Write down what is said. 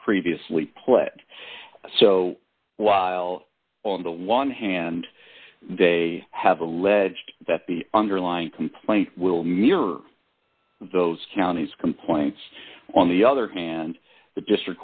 previously played so while on the one hand they have alleged that the underlying complaint will mirror those counties complaints on the other hand the district